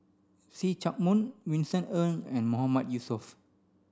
See Chak Mun Vincent Ng and Mahmood Yusof